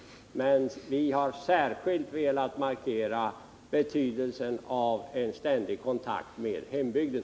Vi har alltså särskilt velat markera betydelsen av en ständig kontakt med hembygden.